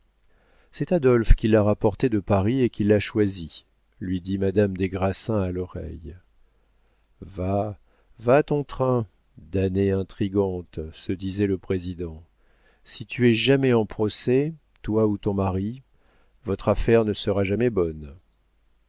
c'est adolphe qui l'a rapportée de paris et qui l'a choisie lui dit madame des grassins à l'oreille va va ton train damnée intrigante se disait le président si tu es jamais en procès toi ou ton mari votre affaire ne sera jamais bonne